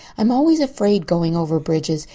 i'm always afraid going over bridges.